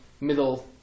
middle